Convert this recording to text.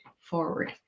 forward